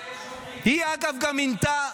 --- כל זה מחוויר.